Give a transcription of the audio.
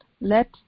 Let